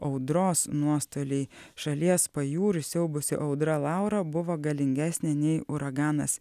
audros nuostoliai šalies pajūrį siaubusi audra laura buvo galingesnė nei uraganas